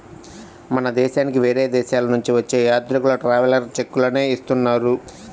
మన దేశానికి వేరే దేశాలనుంచి వచ్చే యాత్రికులు ట్రావెలర్స్ చెక్కులనే ఇస్తున్నారు